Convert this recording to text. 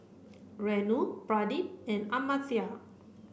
Renu Pradip and Amartya